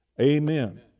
Amen